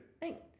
Thanks